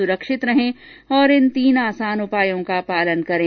सुरक्षित रहें और इन तीन आसान उपायों का पालन करें